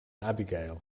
abigail